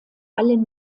allen